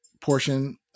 portion